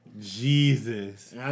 Jesus